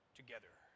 together